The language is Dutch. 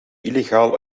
illegaal